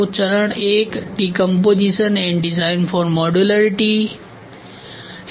तो चरण 1 decomposition and design for मॉडुलरिटीहै